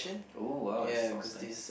oh !wow! that songs nice